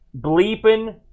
bleeping